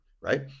right